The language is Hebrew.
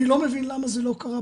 אני לא מבין למה זה לא קרה,